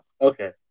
Okay